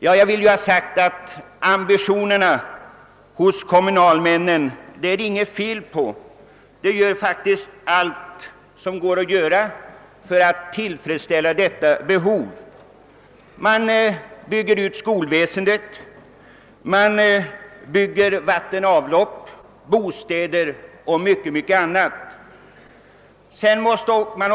Jag vill ha sagt, att ambitionerna hos kommunalmännen är det inget fel på; de gör faktiskt allt som går att göra för alt tillfredsställa behoven. Man bygger ut skolväsendet, man bygger bostäder och mycket annat, man ordnar vatten och avlopp.